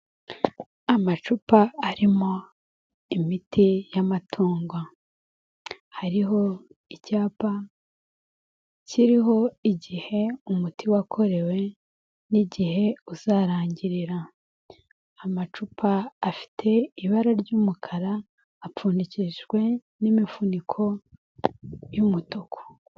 Amacupa arimo imiti y'amatungo. Hariho icyapa, kiriho igihe umuti wakorewe n'igihe uzarangirira. Amacupa afite ibara ry'umukara, apfundikishijwe n'imifuniko y'umutuku.